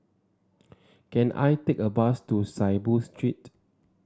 can I take a bus to Saiboo Street